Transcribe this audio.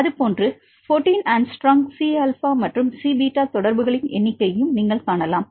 அது போன்று 14 angstrom C alpha மற்றும் சி பீட்டா தொடர்புகளின் எண்ணிக்கையையும் நீங்கள் காணலாம்